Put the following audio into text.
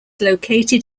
located